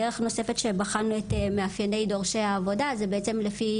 דרך נוספת שבחנו את מאפייני דורשי העבודה היא בעצם לפי,